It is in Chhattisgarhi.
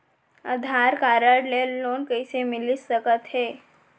आधार कारड ले लोन कइसे मिलिस सकत हे?